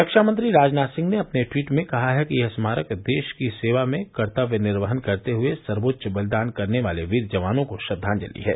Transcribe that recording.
रक्षामंत्री राजनाथ सिंह ने अपने ट्वीट में कहा है कि यह स्मारक देश की सेवा में कर्तव्य निर्वहन करते हुए सर्वोच्च बलिदान करने वाले वीर जवानों को श्रद्वांजलि है